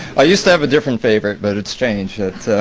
i used to have a different favorite but it's changed.